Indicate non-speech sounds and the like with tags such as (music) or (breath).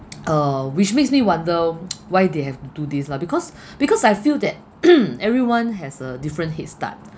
(noise) uh which makes me wonder (noise) why they have to do this lah because (breath) because I feel that (coughs) everyone has a different head start